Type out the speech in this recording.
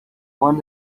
one